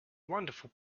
wonderful